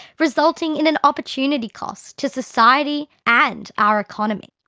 resulting in an opportunity cost to society and our economy.